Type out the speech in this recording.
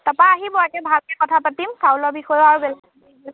তাৰপৰা আহিব একে ভালকৈ কথা পাতিম চাউলৰ বিষয়ে আৰু